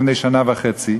לפני שנה וחצי,